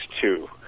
two